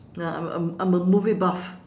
ah I'm a I'm a movie buff